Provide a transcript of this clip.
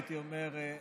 הייתי אומר,